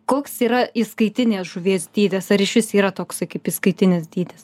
koks yra įskaitinės žuvies dydis ar išvis yra toksai kaip įskaitinis dydis